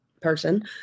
person